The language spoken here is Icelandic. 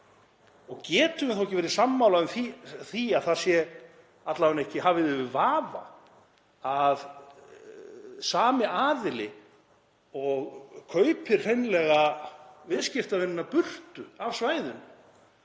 og getum við þá ekki verið sammála því að það sé alla vega ekki hafið yfir vafa að sami aðili og kaupir hreinlega viðskiptavinina burtu af svæðinu